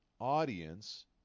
audience